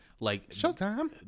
Showtime